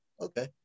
Okay